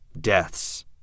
deaths